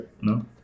No